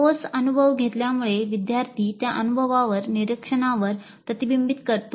ठोस अनुभव घेतल्यामुळे विद्यार्थी त्या अनुभवावरनिरीक्षणावर प्रतिबिंबित करतो